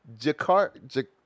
Jakarta